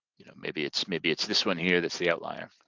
maybe it's maybe it's this one here that's the outlier.